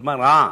יוזמה רעה.